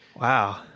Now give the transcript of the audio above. Wow